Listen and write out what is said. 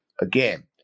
again